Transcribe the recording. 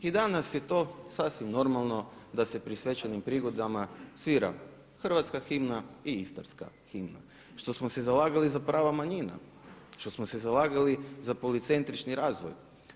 I danas je to sasvim normalno da se pri svečanim prigodama svira hrvatska himna i Istarska himna, što smo se zalagali za prava manjina, što smo se zalagali za policentrični razvoj.